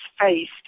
faced